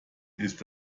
ist